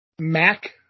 Mac